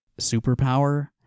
superpower